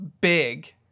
big